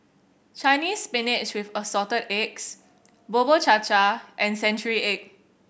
Chinese Spinach with Assorted Eggs Bubur Cha Cha and century egg